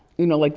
you know, like